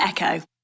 Echo